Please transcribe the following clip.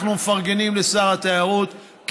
אנחנו מפרגנים לשר התיירות,